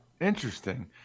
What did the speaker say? Interesting